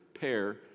pair